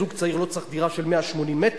זוג צעיר לא צריך דירה של 180 מטר,